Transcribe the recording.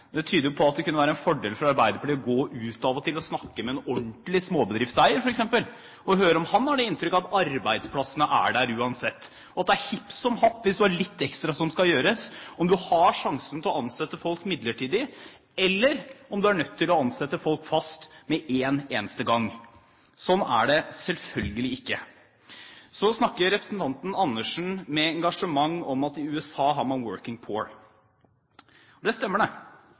Det tyder på at det kunne være en fordel for Arbeiderpartiet å gå ut av og til og snakke med f.eks. en ordentlig småbedriftseier og høre om han har noe inntrykk av at arbeidsplassene er der uansett, og at det er hipp som happ – hvis du har litt ekstra som skal gjøres – om du har sjansen til å ansette folk midlertidig, eller om du er nødt til å ansette folk fast med en eneste gang. Det er det selvfølgelig ikke. Så snakker representanten Andersen med engasjement om at i USA har man «working poor». Det stemmer, og det